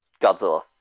Godzilla